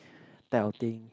type of thing